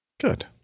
Good